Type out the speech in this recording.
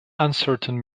uncertain